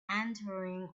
entering